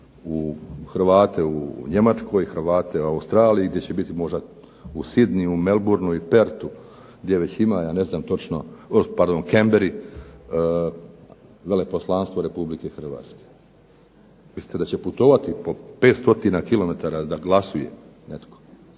i Hrvate u Njemačkoj, Hrvate u Australiji gdje će biti možda u Sydneyu, u Melbournu i Perthu gdje već ima točno, pardon Canberra Veleposlanstvo Republike Hrvatske. Mislite da će putovati po 5 stotina kilometara da glasuje netko?